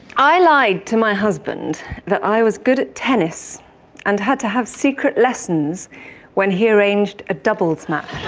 i lied to my husband that i was good at tennis and had to have secret lessons when he arranged a doubles match.